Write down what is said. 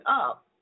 up